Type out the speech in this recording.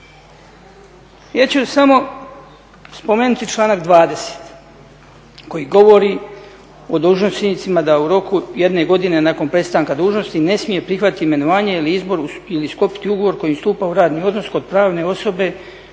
Ja ću samo spomenuti članak 20. koji govori o dužnosnicima da u roku jedne godine nakon prestanka dužnosti ne smije prihvatiti imenovanje ili izbor ili sklopiti ugovor kojim stupa u radni odnos kod pravne osobe